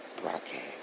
Broadcast